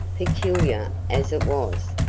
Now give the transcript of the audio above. peculiar as it was,